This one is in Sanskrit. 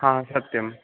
हा सत्यम्